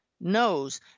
knows